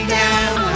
down